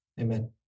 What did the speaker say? Amen